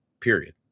period